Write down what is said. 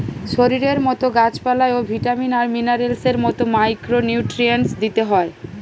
শরীরের মতো গাছ পালায় ও ভিটামিন আর মিনারেলস এর মতো মাইক্রো নিউট্রিয়েন্টস দিতে হয়